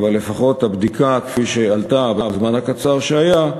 אבל לפחות כפי שעלה בזמן הקצר שהיה,